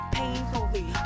painfully